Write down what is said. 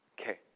Okay